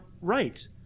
right